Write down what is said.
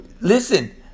Listen